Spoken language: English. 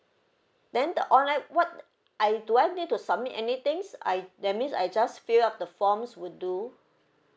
then the online what I do I need to submit anythings I that means I just fill up the forms would do